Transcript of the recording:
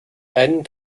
einen